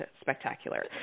spectacular